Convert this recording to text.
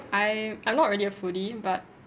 I I'm not really a foodie but